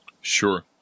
Sure